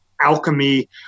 alchemy